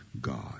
God